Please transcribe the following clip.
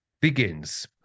begins